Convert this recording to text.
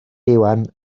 iwan